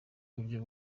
uburyo